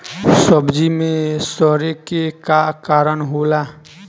सब्जी में सड़े के का कारण होला?